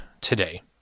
today